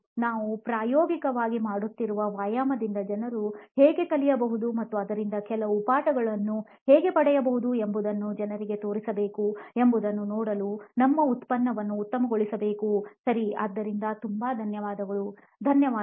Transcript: ನಾವು ಪ್ರಾಯೋಗಿಕವಾಗಿ ಮಾಡುತ್ತಿರುವ ವ್ಯಾಯಾಮದಿಂದ ಜನರು ಹೇಗೆ ಕಲಿಯಬಹುದು ಮತ್ತು ಅದರಿಂದ ಕೆಲವು ಪಾಠಗಳನ್ನು ಹೇಗೆ ಪಡೆಯಬಹುದು ಎಂಬುದನ್ನು ಜನರಿಗೆ ತೋರಿಸಬೇಕು ಎಂಬುದನ್ನು ನೋಡಲು ನಿಮ್ಮ ಉತ್ಪನ್ನವನ್ನು ಉತ್ತಮಗೊಳಿಸುಬೇಕು ಸರಿ ಆದ್ದರಿಂದ ತುಂಬಾ ಧನ್ಯವಾದಗಳು ಧನ್ಯವಾದಗಳು